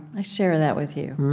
i share that with you.